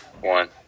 one